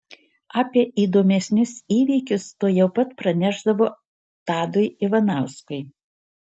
apie įdomesnius įvykius tuojau pat pranešdavo tadui ivanauskui